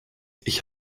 ich